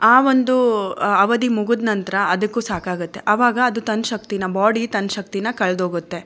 ಆ ಒಂದು ಅವಧಿ ಮುಗಿದ ನಂತರ ಅದಕ್ಕೂ ಸಾಕಾಗುತ್ತೆ ಅವಾಗ ಅದು ತನ್ನ ಶಕ್ತಿನ ಬಾಡಿ ತನ್ನ ಶಕ್ತಿನ ಕಳೆದೋಗುತ್ತೆ